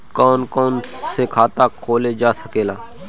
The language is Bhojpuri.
कौन कौन से खाता खोला जा सके ला?